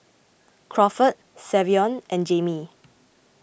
Crawford Savion and Jamie